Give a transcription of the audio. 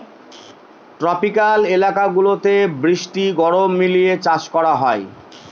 tropical এলাকা গুলাতে বৃষ্টি গরম মিলিয়ে চাষ করা হয়